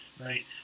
right